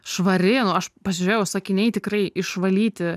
švari nu aš pažiūrėjau sakiniai tikrai išvalyti